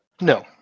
No